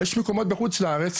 יש מקומות בחוץ לארץ,